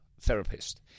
therapist